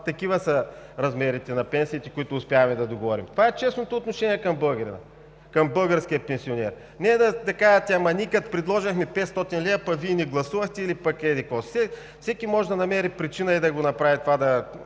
такива са размерите на пенсиите, които успяваме да договорим.“ Това е честното отношение към българина, към българския пенсионер. Не да казвате: „Ама ние като предложихме 500 лв., пък Вие не гласувахте или пък еди-какво си!“ Всеки може да намери причина и да каже колко той е